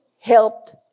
helped